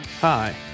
Hi